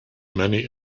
many